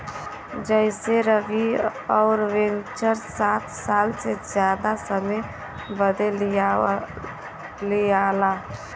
जइसेरवि अउर वेन्चर सात साल से जादा समय बदे लिआला